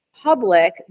public